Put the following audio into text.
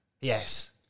Yes